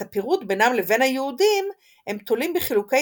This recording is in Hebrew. את הפירוד בינם לבין היהודים הם תולים בחילוקי